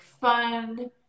fun